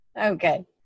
Okay